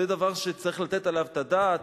זה דבר שצריך לתת עליו את הדעת,